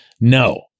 no